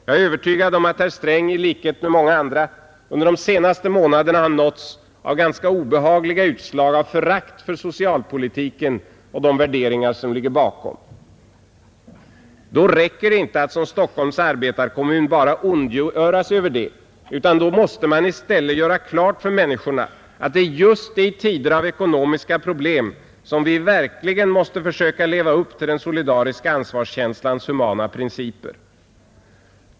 Jag är övertygad om att herr Sträng i likhet med många andra under de senaste månaderna nåtts av ganska obehagliga utslag av förakt för socialpolitiken och de värderingar som ligger bakom. Då räcker det inte att, som Stockholms arbetarekommun, bara ondgöra sig över det, utan då måste man i stället göra klart för människorna att det just är i tider av ekonomiska problem som vi verkligen måste försöka leva upp till den solidariska ansvarskänslans humana principer.